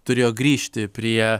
turėjo grįžti prie